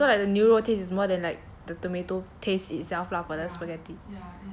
oh so like the 牛肉 taste is more than like the tomato taste itself lah for the spaghetti